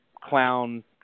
clown